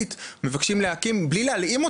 תודה רבה.